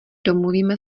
domluvíme